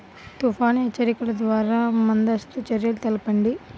తుఫాను హెచ్చరికల ద్వార ముందస్తు చర్యలు తెలపండి?